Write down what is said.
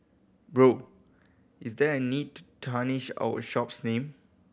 Bro is there a need to tarnish our shop's name